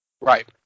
Right